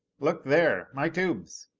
look there my tubes